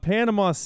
Panama